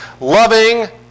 loving